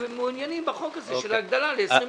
מעוניינים בחוק הזה של ההגדלה ל-20 מיליארד.